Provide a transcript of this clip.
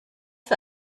für